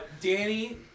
Danny